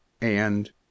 and